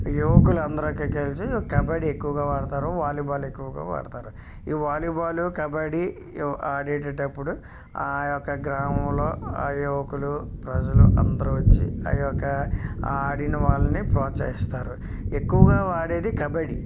యువకులు అందరు కలిసి కబడ్డీ ఎక్కువగా ఆడతారు వాలీబాల్ ఎక్కువగా ఆడతారు ఈ వాలీబాల్ కబడ్డీ ఆడేటప్పుడు ఆ యొక్క గ్రామంలో ఆ యువకులు ప్రజలు అందరు వచ్చి ఆ యొక్క ఆడిన వాళ్ళని ప్రోత్సహిస్తారు ఎక్కువగా ఆడేది కబడ్డీ